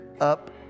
up